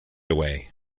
away